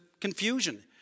confusion